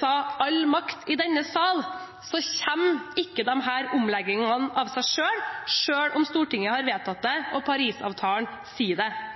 sa «all makt i denne sal», kommer ikke disse omleggingene av seg selv, selv om Stortinget har vedtatt det, og Paris-avtalen sier det.